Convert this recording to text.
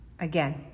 Again